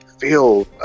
feel